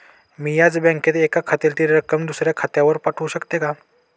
मी याच बँकेत एका खात्यातील रक्कम दुसऱ्या खात्यावर पाठवू शकते का?